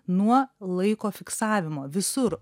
nuo laiko fiksavimo visur